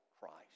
Christ